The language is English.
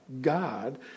God